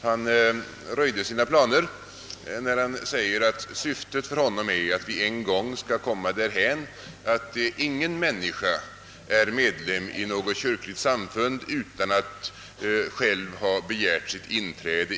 Han röjde sina planer när han sade att hans syfte är att vi en gång skall komma därhän att ingen människa är medlem i något kyrkligt samfund utan att själv ha begärt sitt inträde.